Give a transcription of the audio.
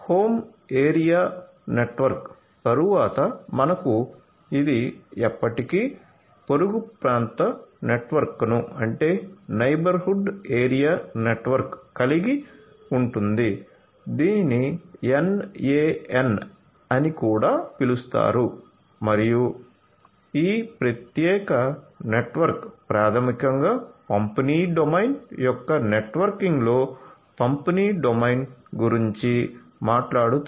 home area network తరువాత మనకు ఇది ఎప్పటికీ పొరుగు ప్రాంత నెట్వర్క్ను కలిగి ఉంటుంది దీనిని NAN అని కూడా పిలుస్తారు మరియు ఈ ప్రత్యేక నెట్వర్క్ ప్రాథమికంగా పంపిణీ డొమైన్ యొక్క నెట్వర్కింగ్లో పంపిణీ డొమైన్ గురించి మాట్లాడుతుంది